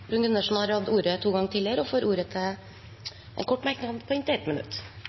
har hatt ordet to ganger tidligere og får ordet til en kort merknad, begrenset til 1 minutt.